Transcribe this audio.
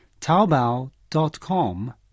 Taobao.com